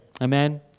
Amen